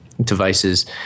Devices